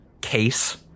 case